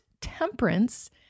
temperance